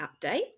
update